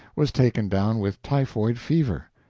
was taken down with typhoid fever.